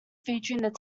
featuring